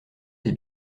des